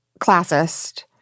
classist